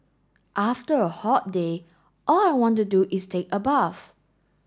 after a hot day all I want to do is take a bath